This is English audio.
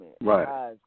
Right